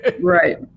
Right